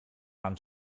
mam